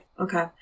Okay